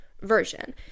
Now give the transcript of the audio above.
version